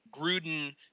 Gruden